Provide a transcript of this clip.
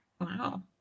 wow